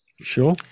sure